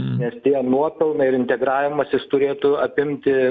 nes tie nuopelnai ir integravimasis turėtų apimti